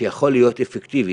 שיכולים להיות אפקטיביים,